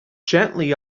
gently